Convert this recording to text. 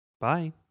Bye